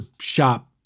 shop